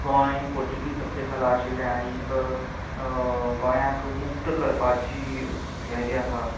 गोंय पोर्तुगीज सत्ते खाला आशिल्लें आनीक गोंयांक मुक्त करपाची ही हें जें आसा